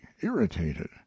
irritated